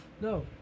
No